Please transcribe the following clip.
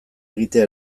egitea